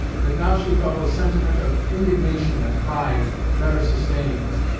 but now she felt a sentiment of indignation and pride better sustaining her.